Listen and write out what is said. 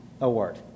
award